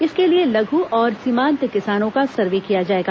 इसके लिए लघु और सीमांत किसानों का सर्वे किया जाएगा